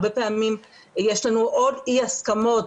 הרבה פעמים יש לנו או אי הסכמות,